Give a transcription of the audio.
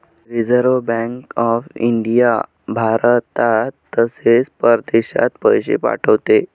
reserve bank of India भारतात तसेच परदेशात पैसे पाठवते